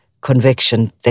conviction